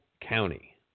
County